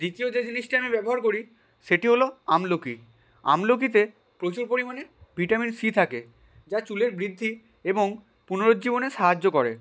দ্বিতীয় যে জিনিসটি আমি ব্যবহার করি সেটি হলো আমলকি আমলকিতে প্রচুর পরিমাণে ভিটামিন সি থাকে যা চুলের বৃদ্ধি এবং পুনরুজ্জীবনে সাহায্য করে